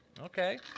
Okay